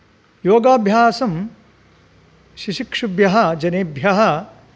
योगाभ्यासं शिशिक्षुभ्यः जनेभ्यः